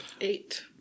Eight